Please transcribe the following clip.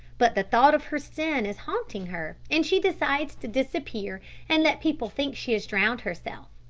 but the thought of her sin is haunting her and she decides to disappear and let people think she has drowned herself.